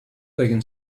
taken